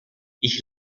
ich